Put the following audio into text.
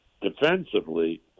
defensively